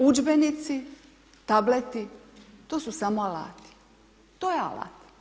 Udžbenici, tableti, to su samo alati, to je alat.